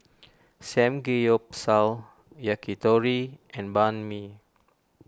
Samgeyopsal Yakitori and Banh Mi